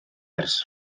ers